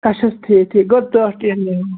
اَچھا حظ ٹھیٖک ٹھیٖک گوٚو دَہ ٹیٖن نِمو